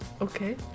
Okay